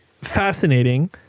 Fascinating